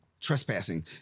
trespassing